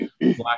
black